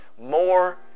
more